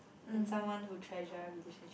and someone who treasures relationship